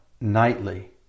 nightly